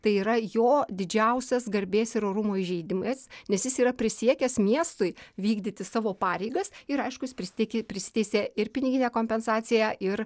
tai yra jo didžiausias garbės ir orumo įžeidimas nes jis yra prisiekęs miestui vykdyti savo pareigas ir aišku jis prisiteikė prisiteisė ir piniginę kompensaciją ir